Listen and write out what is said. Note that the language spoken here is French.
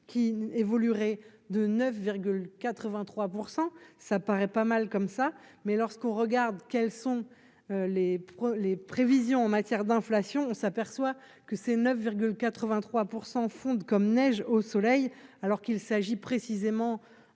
qui évoluerait de 9 83 % ça paraît pas mal comme ça, mais lorsqu'on regarde quels sont les les prévisions en matière d'inflation, on s'aperçoit que c'est 9 83 pour 100 fondent comme neige au soleil alors qu'il s'agit précisément